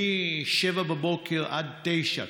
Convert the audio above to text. מ-07:00 עד 09:00,